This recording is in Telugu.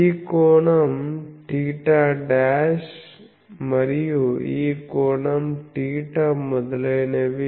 ఈ కోణం θ' మరియు ఈ కోణం θ మొదలైనవి